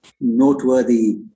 noteworthy